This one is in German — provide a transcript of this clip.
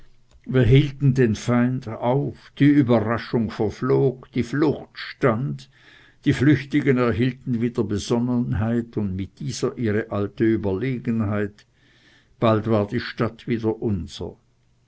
wir hielten den feind auf die überraschung verflog die flucht stand die flüchtlinge erhielten wieder besonnenheit mit dieser ihre alte überlegenheit bald war die stadt wieder unser